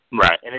Right